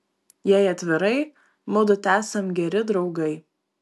jei atvirai mudu tesam geri draugai